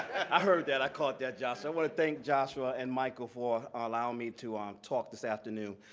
i heard that. i caught that, josh. i want to thank joshua and michael for allowing me to um talk this afternoon.